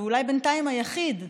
ואולי בינתיים היחיד,